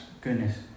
goodness